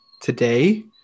today